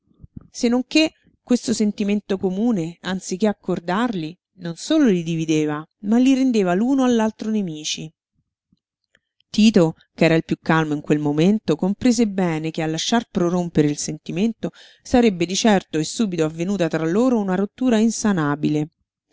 non che questo sentimento comune anziché accordarli non solo li divideva ma li rendeva l'uno all'altro nemici tito ch'era il piú calmo in quel momento comprese bene che a lasciar prorompere il sentimento sarebbe di certo e subito avvenuta tra loro una rottura insanabile